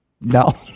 no